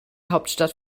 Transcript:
hauptstadt